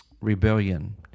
Rebellion